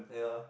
yeah